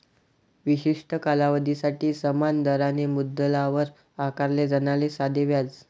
विशिष्ट कालावधीसाठी समान दराने मुद्दलावर आकारले जाणारे साधे व्याज